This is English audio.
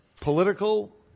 political